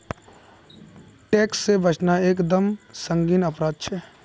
tax से बचना एक दम संगीन अपराध छे